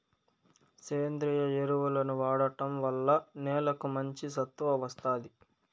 సేంద్రీయ ఎరువులను వాడటం వల్ల నేలకు మంచి సత్తువ వస్తాది